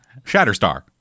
Shatterstar